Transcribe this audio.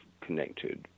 connected